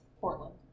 Portland